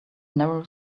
narrow